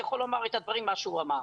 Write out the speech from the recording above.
יכול לומר את הדברים שהוא אמר,